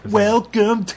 welcome